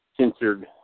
censored